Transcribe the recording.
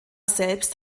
selbst